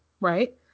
right